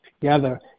together